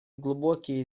глубокие